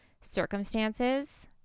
circumstances